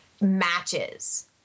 matches